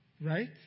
Right